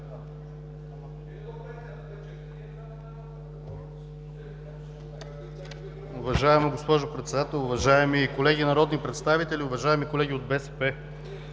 Уважаема госпожо Председател, уважаеми колеги народни представители, уважаеми колеги от БСП!